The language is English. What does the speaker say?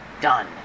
done